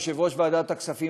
יושב-ראש ועדת הכספים,